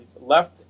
left